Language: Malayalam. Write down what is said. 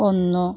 ഒന്നു